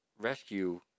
rescue